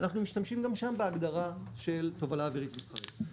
אנחנו משתמשים גם שם בהגדרה של תובלה אווירית מסחרית.